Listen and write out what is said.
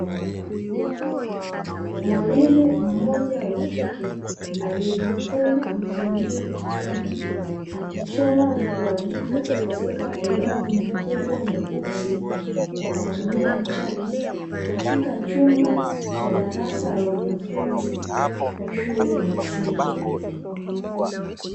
Mwalimu mmoja wa kike aliejifunga mtandio kichwani akichora na kuandika katika ubao mkubwa mweusi kwa kutumia chaki katika chumba cha darasa la wanafunzi wa shule ya msingi.